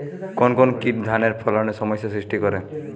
কোন কোন কীট ধানের ফলনে সমস্যা সৃষ্টি করে?